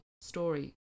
story